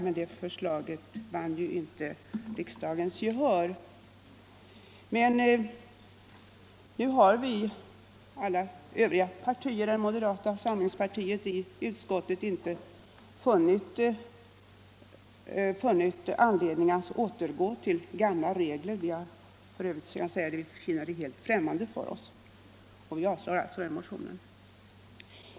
Men det förslaget vann ju inte riksdagens gehör. Nu har i utskottet alla partier utom moderata samlingspartiet inte funnit anledning att återgå till gamla regler. F. ö. kan jag säga att det är helt främmande för oss. Vi avstyrkte alltså den motionen.